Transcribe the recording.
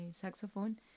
saxophone